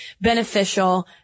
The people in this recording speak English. beneficial